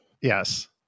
Yes